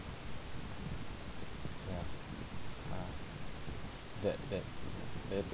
ya that that I have to